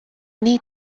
need